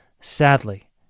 Sadly